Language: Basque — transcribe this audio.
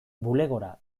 bulegora